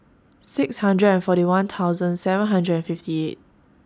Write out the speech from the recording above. six hundred and forty one thousand seven hundred and fifty eight